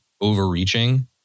overreaching